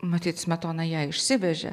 matyt smetona ją išsivežė